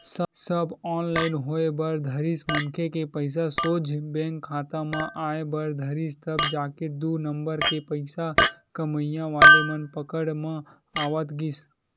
सब online होय बर धरिस मनखे के पइसा सोझ बेंक खाता म आय बर धरिस तब जाके दू नंबर के पइसा कमइया वाले मन पकड़ म आवत गिस